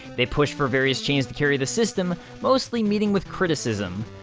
they pushed for various chains to carry the system, mostly meeting with criticism.